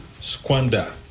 squander